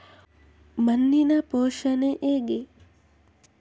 ಮಣ್ಣಿನ ಪೋಷಣೆ ಹೇಗೆ?